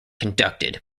conducted